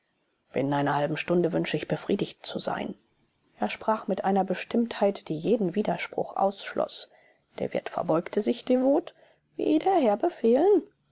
binnen einer halben stunde wünsche ich befriedigt zu sein er sprach mit einer bestimmtheit die jeden widerspruch ausschloß der wirt verbeugte sich devot wie der herr befehlen